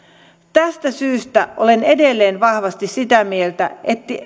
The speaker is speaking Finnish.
tästä syystä olen edelleen vahvasti sitä mieltä